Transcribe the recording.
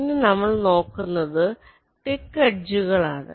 ഇനി നമ്മൾ നോക്കുന്നത് തിക്ക് എഡ്ജുകൾ ആണ്